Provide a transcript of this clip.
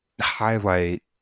highlight